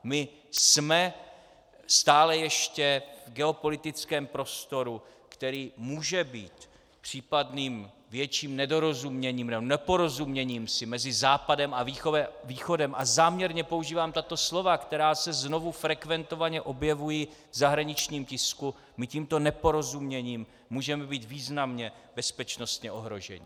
My jsme stále ještě v geopolitickém prostoru, který může být případným větším nedorozuměním, nebo neporozuměním si mezi Západem a Východem a záměrně používám tato slova, která se znovu frekventovaně objevují v zahraničním tisku my tímto neporozuměním můžeme být významně bezpečnostně ohroženi.